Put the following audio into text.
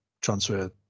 transfer